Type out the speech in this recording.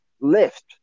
left